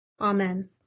Amen